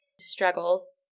struggles